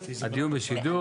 כולל.